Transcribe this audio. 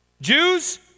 Jews